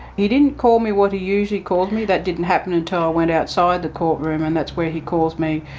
he didn't call me what he usually called me, that didn't happen until i went outside the courtroom and that's where he calls me,